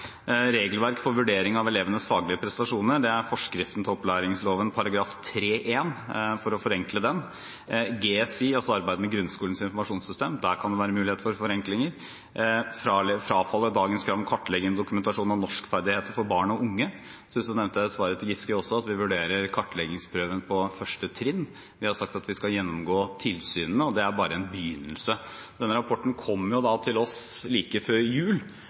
Regelverk for vurdering av elevenes faglige prestasjoner, det er forskriften til opplæringslova § 3-1 – for å forenkle den. Når det gjelder GSI, altså Grunnskolens informasjonssystem, kan det være mulighet for forenklinger. Dessuten å frafalle dagens krav om kartlegging og dokumentasjon av norskferdigheter for barn og unge. Dessuten nevnte jeg også i svaret til Giske at vi vurderer kartleggingsprøven på første trinn. Vi har sagt at vi skal gjennomgå tilsynene. Og det er bare en begynnelse. Denne rapporten kom til oss like før jul.